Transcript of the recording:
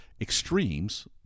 extremes